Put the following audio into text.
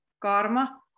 karma